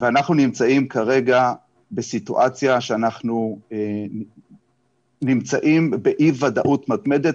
אנחנו נמצאים כרגע בסיטואציה שאנחנו נמצאים באי ודאות מתמדת,